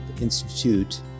Institute